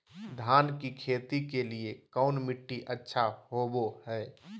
धान की खेती के लिए कौन मिट्टी अच्छा होबो है?